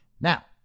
Now